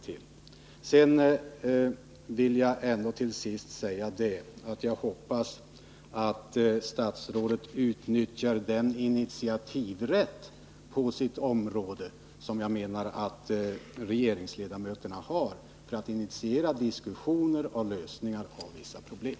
Till sist vill jag uttrycka en förhoppning om att statsrådet inom sitt område utnyttjar den initiativrätt hon som regeringsledamot har när det gäller att ta upp diskussioner för att nå fram till lösningar på vissa problem.